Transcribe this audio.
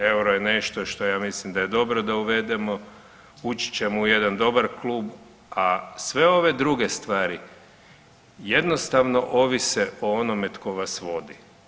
Euro je nešto što ja mislim da je dobro da uvedemo, ući ćemo u jedan dobar klub, a sve ove druge stvari jednostavno ovise o onome tko vas vodi.